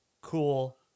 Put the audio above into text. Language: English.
cool